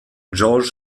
georges